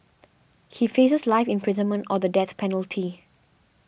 he faces life imprisonment or the death penalty